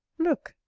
look!